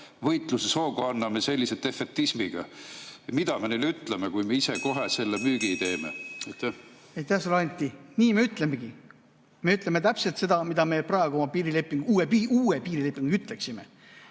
võitlushoogu anname sellise defetismiga? Mida me neile ütleme, kui me ise kohe selle müügi teeme? Aitäh sulle, Anti! Nii me ütlemegi. Me ütleme täpselt seda, mida me praegu oma piirilepinguga, uue piirilepinguga ütleksime.